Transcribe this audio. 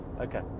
Okay